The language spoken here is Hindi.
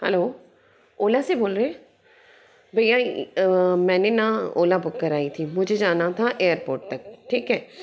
हलो ओला से बोल रहे भय्या मैंने ना ओला बुक कराई थी मुझे जाना था एयरपोट तक ठीक है